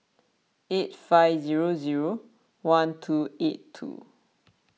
eight five zero zero one two eight two